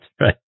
right